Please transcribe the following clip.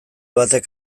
batek